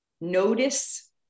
notice